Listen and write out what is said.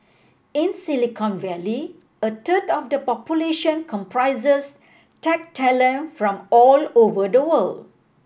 in Silicon Valley a third of the population comprises tech talent from all over the world